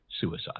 suicide